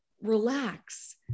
Relax